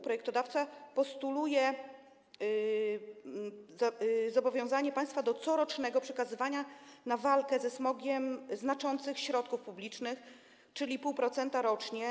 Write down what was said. projektodawca postuluje zobowiązanie państwa do corocznego przekazywania na walkę ze smogiem znaczących środków publicznych, czyli 0,5% rocznie.